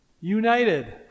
united